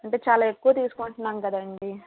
అంటే చాలా ఎక్కువే తీసుకుంటున్నాం కదండి